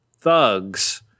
thugs